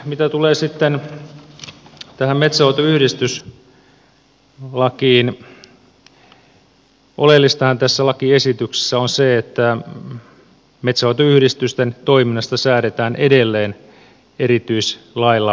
mitä tulee sitten tähän metsänhoitoyhdistyslakiin oleellistahan tässä lakiesityksessä on se että metsänhoitoyhdistysten toiminnasta säädetään edelleen erityislailla jatkossakin